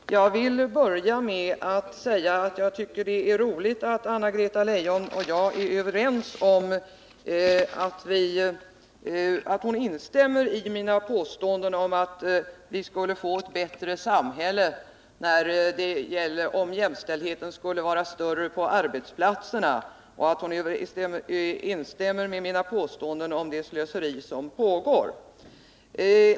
Herr talman! Jag vill börja med att säga att jag tycker det är roligt att Anna-Greta Leijon instämmer i mina påståenden om att vi skulle få ett bättre samhälle, om jämställdheten var större på arbetsplatserna, och i mina påståenden om det slöseri som pågår.